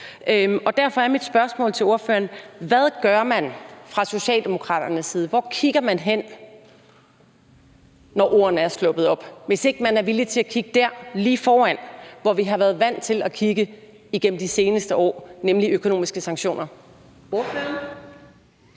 Derfor er mit spørgsmål til ordføreren: Hvad gør man fra Socialdemokraternes side? Hvor kigger man hen, når ordene er sluppet op, hvis ikke man er villig til at kigge på det lige foran, som vi har været vant til at kigge på igennem de seneste år, nemlig økonomiske sanktioner?